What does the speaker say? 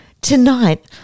Tonight